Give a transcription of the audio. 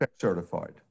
certified